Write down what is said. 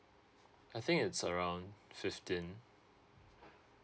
I think it's around fifteen